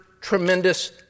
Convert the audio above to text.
tremendous